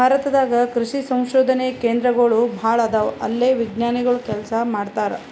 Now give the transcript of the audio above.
ಭಾರತ ದಾಗ್ ಕೃಷಿ ಸಂಶೋಧನೆ ಕೇಂದ್ರಗೋಳ್ ಭಾಳ್ ಅದಾವ ಅಲ್ಲೇ ವಿಜ್ಞಾನಿಗೊಳ್ ಕೆಲಸ ಮಾಡ್ತಾರ್